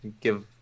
give